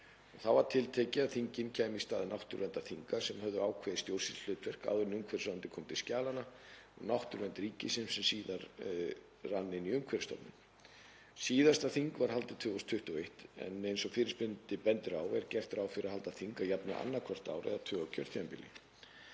Þá var tiltekið að þingin kæmu í stað náttúruverndarþinga sem höfðu ákveðið stjórnsýsluhlutverk áður en umhverfisráðuneytið kom til skjalanna og Náttúruvernd ríkisins, sem síðar rann inn í Umhverfisstofnun. Síðasta þing var haldið 2021, en eins og fyrirspyrjandi bendir á er gert ráð fyrir að halda þing að jafnaði annað hvert ár, eða tvö á kjörtímabili.